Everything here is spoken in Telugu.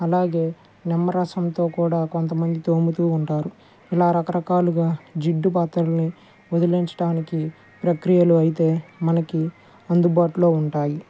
అలాగే నిమ్మరసంతో కూడా కొంతమంది తోముతూ ఉంటారు ఇలా రకరకాలుగా జిడ్డు పాత్రలని వదిలించడానికి ప్రక్రియలు అయితే మనకి అందుబాటులో ఉంటాయి